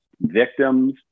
victims